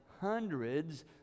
hundreds